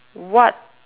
what